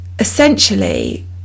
essentially